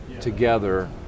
together